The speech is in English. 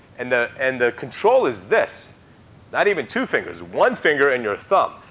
and the and the control is this not even two fingers, one finger in your thumb.